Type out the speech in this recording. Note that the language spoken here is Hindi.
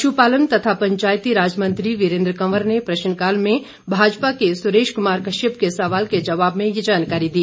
पशुपालन तथा पंचायती राज मंत्री वीरेंद्र कंवर ने प्रश्नकाल में भाजपा के सुरेश कुमार कश्यप के सवाल के जवाब में ये जानकारी दी